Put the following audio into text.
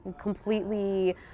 completely